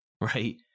Right